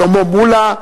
שלמה מולה,